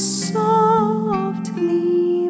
softly